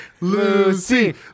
Lucy